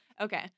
Okay